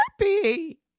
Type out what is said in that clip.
happy